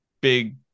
big